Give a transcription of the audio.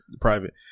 private